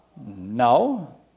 No